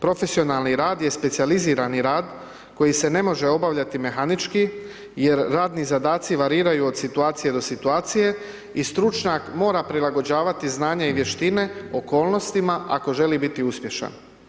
Profesionalni rad je specijalizirani rad koji se ne može obavljati mehanički jer radni zadaci variraju od situacije do situacije i stručnjak mora prilagođavati znanja i vještine okolnostima ako želi biti uspješan.